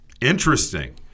Interesting